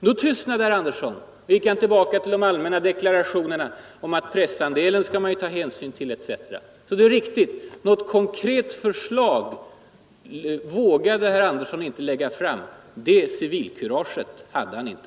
Då tystnade herr Andersson och återgick till de allmänna deklarationerna om att man skall ta hänsyn till pressandelen etc. Det är alltså riktigt att herr Andersson inte vågade lägga fram något konkret förslag — det civilkuraget hade han inte.